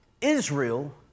Israel